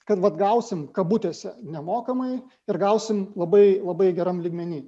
kad vat gausim kabutėse nemokamai ir gausim labai labai geram lygmeny